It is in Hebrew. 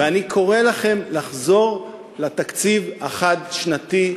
ואני קורא לכם לחזור לתקציב החד-שנתי,